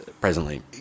presently